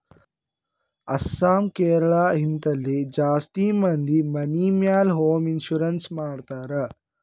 ಅಸ್ಸಾಂ, ಕೇರಳ, ಹಿಂತಲ್ಲಿ ಜಾಸ್ತಿ ಮಂದಿ ಮನಿ ಮ್ಯಾಲ ಹೋಂ ಇನ್ಸೂರೆನ್ಸ್ ಮಾಡ್ತಾರ್